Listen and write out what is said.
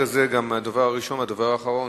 זה גם הדובר הראשון וגם הדובר האחרון,